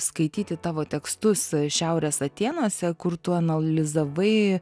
skaityti tavo tekstus šiaurės atėnuose kur tu analizavai